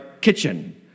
kitchen